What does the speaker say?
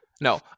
no